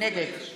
נגד